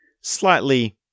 slightly